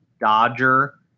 Dodger